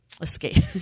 Escape